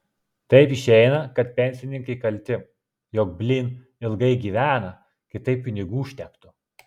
taip išeina kad pensininkai kalti jog blyn ilgai gyvena kitaip pinigų užtektų